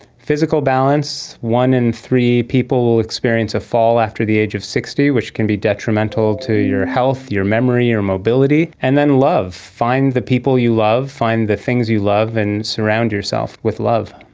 physical balance. one in three people experience a fall after the age of sixty, which can be detrimental to your health, your memory, your mobility. and then love, find the people you love, find the things you love and surround yourself with love.